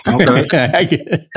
Okay